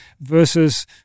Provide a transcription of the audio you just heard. versus